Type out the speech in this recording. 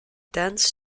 dance